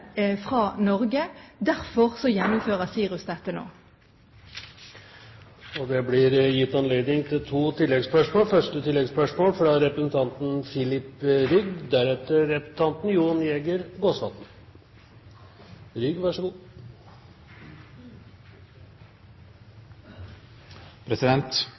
fra Norge. Derfor gjennomfører SIRUS dette nå. Det blir gitt anledning til to oppfølgingsspørsmål – først Filip Rygg.